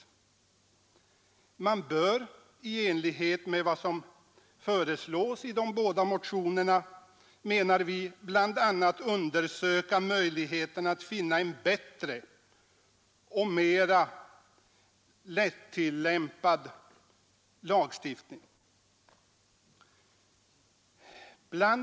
Vi menar att man i enlighet med vad som föreslås i de båda motionerna bl.a. bör undersöka möjligheten att finna en bättre och mera lättillämpad lagstiftning. BI.